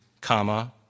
comma